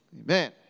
Amen